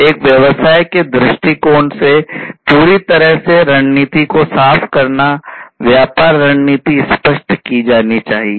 एक व्यवसाय के दृष्टिकोण से पूरी तरह से रणनीति को साफ करना व्यापार रणनीति स्पष्ट की जानी चाहिए